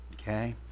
Okay